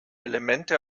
elemente